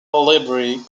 library